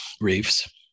reefs